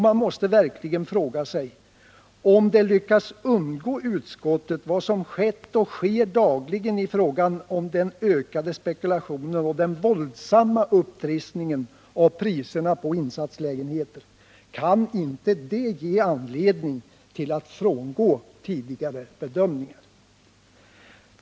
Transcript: Man måste verkligen fråga sig om det har lyckats undgå utskottet vad som skett och dagligen sker i fråga om den ökade spekulationen och den våldsamma upptrissningen av priserna på insatslägenheter. Kan inte det ge anledningar till att frångå tidigare bedömningar?